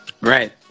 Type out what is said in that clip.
Right